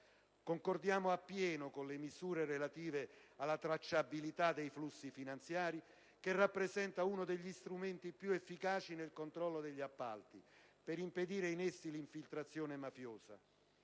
Concordiamo appieno con le misure relative alla tracciabilità dei flussi finanziari, che rappresenta uno degli strumenti più efficaci nel controllo degli appalti, per impedire in essi l'infiltrazione mafiosa.